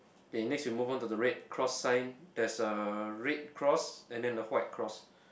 okay next we move on to the red cross sign there's a red cross and then a white cross